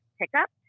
pickup